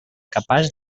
capaç